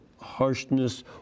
harshness